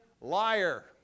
liar